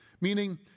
meaning